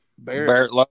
Barrett